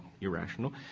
irrational